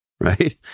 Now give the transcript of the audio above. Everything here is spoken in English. right